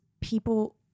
people